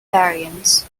variants